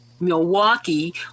Milwaukee